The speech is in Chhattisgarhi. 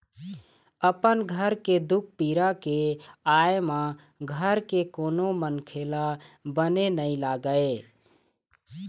अपन घर के दुख पीरा के आय म घर के कोनो मनखे ल बने नइ लागे